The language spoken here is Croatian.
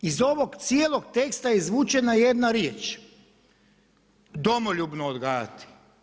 Iz ovog cijelog teksta izvučena je jedna riječ, domoljubno odgajati.